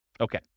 Okay